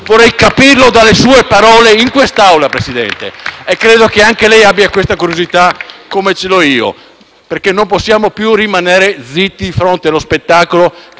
Vorrei capirlo dalle sue parole in quest'Aula, signor Presidente, e credo che anche lei abbia questa curiosità, come ce l'ho io: non possiamo più rimanere zitti di fronte allo spettacolo